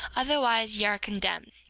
otherwise ye are condemned